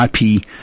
IP